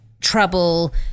trouble